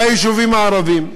ביישובים הערביים.